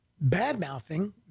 bad-mouthing